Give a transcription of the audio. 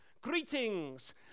Greetings